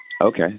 Okay